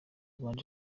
rwanda